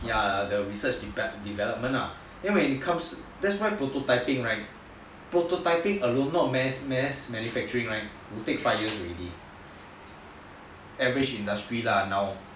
ya the research development ah then when it comes that's why prototyping right prototyping alone not mass manufacturing right will take five years doing average industry lah